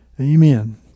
Amen